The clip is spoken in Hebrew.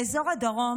באזור הדרום,